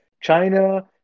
China